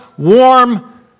Warm